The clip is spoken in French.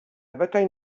bataille